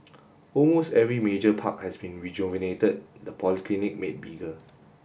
almost every major park has been rejuvenated the polyclinic made bigger